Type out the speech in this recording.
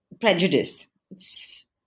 prejudice